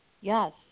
Yes